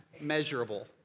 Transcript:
measurable